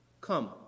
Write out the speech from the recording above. come